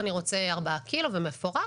ארבעה קילו ומפורק,